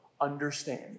understand